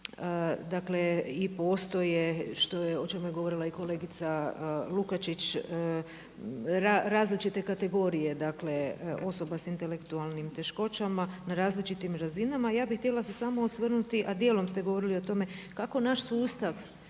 dakle i postoje o čemu je govorila i kolegica Lukačić različite kategorije, dakle osoba sa intelektualnim teškoćama na različitim razinama. Ja bih htjela se samo osvrnuti, a dijelom ste govorili o tome kako naš sustav